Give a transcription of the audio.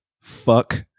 Fuck